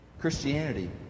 Christianity